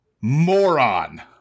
moron